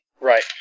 Right